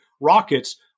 rockets